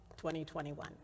2021